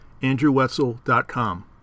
andrewwetzel.com